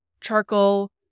charcoal